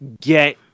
Get